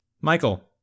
Michael